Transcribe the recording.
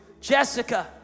Jessica